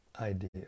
idea